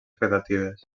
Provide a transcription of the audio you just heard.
expectatives